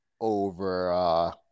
over